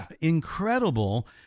incredible